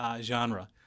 genre